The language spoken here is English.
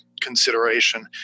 consideration